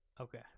Okay